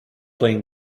playing